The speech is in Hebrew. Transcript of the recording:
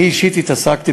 אני אישית התעסקתי,